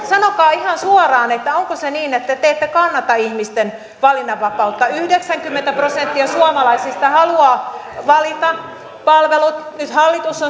sanokaa ihan suoraan onko niin että te ette kannata ihmisten valinnanvapautta yhdeksänkymmentä prosenttia suomalaisista haluaa valita palvelut nyt hallitus